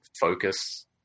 focus